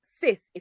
Sis